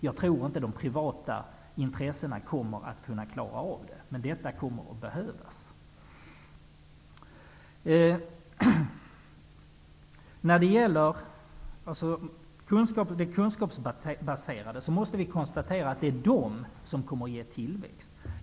Jag tror inte att de privata intressena kommer att kunna klara av det, men detta kommer att behövas. När de gäller de kunskapsbaserade företagen måste konstateras att det är dessa som kommer att ge tillväxt.